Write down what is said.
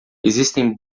existem